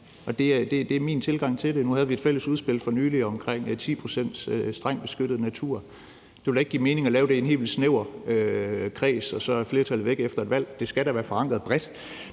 Det er min tilgang til det. Nu havde vi for nylig et fælles udspil om 10 pct. strengt beskyttet-natur. Det vil da ikke give mening at lave det i en helt vildt snæver kreds, hvor flertallet så er væk efter et valg. Det skal da være bredt